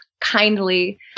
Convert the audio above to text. kindly